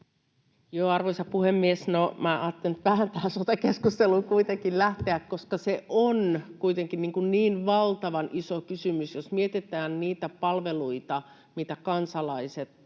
Arvoisa puhemies! No, minä ajattelin nyt vähän tähän sote-keskusteluun kuitenkin lähteä, koska se on kuitenkin niin valtavan iso kysymys. Jos mietitään niitä palveluita, mitä kansalaiset